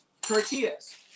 tortillas